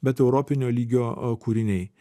bet europinio lygio kūriniai